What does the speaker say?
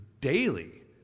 daily